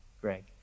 Greg